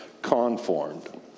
Conformed